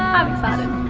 i'm excited.